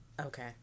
okay